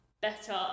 better